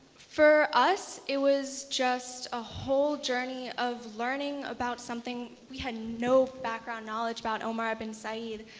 for us it was just a whole journey of learning about something we had no background knowledge about, omar ibn said.